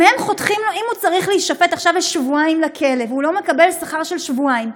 אם הוא צריך להישפט עכשיו לשבועיים בכלא והוא לא מקבל שכר של שבועיים,